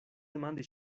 demandi